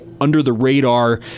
under-the-radar